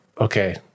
okay